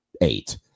eight